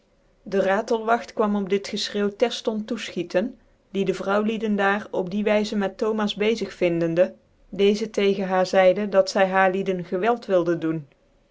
de ratclwagt quam op ditgcfchrccuw terftont toefchieten die de vrouwlieden daar op die wvzc met thomas bezig vindende deeze tegen haar zcidc dat hy haarlieden gcwclt wilde doen